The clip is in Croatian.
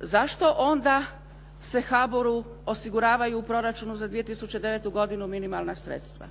zašto onda se HBOR-u osiguravaju u proračunu za 2009. godinu minimalna sredstva?